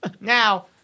Now